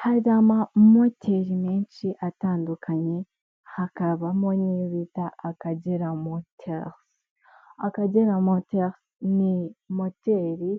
Hari amamoteri menshi atandukanye hakabamo n'iyo bita Akagera Moteri. Akagera Moteri ni moteri